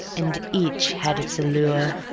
and each had its allure.